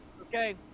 Okay